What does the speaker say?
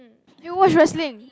he watch wrestling